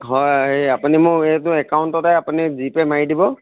হয় আপুনি মোক এইটো একাউণ্টতে আপুনি জিপে' মাৰি দিব